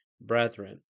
brethren